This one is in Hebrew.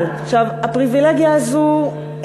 הפריבילגיה הזאת,